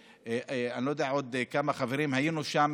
אני לא יודע עוד כמה חברים היינו שם.